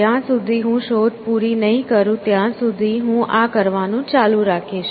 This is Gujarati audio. જ્યાં સુધી હું શોધ પૂરી નહીં કરું ત્યાં સુધી હું આ કરવાનું ચાલુ રાખીશ